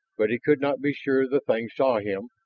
but he could not be sure the thing saw him,